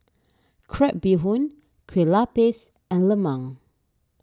Crab Bee Hoon Kue Lupis and Lemang